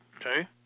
Okay